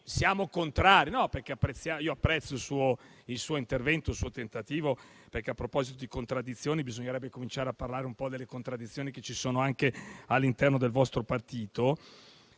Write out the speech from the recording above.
di cui apprezzo l'intervento e il tentativo, perché a proposito di contraddizioni bisognerebbe incominciare a parlare un po' delle contraddizioni che ci sono anche all'interno del suo partito,